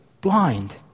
blind